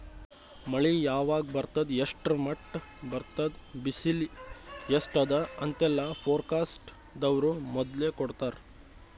ಮಳಿ ಯಾವಾಗ್ ಬರ್ತದ್ ಎಷ್ಟ್ರ್ ಮಟ್ಟ್ ಬರ್ತದ್ ಬಿಸಿಲ್ ಎಸ್ಟ್ ಅದಾ ಅಂತೆಲ್ಲಾ ಫೋರ್ಕಾಸ್ಟ್ ದವ್ರು ಮೊದ್ಲೇ ಕೊಡ್ತಾರ್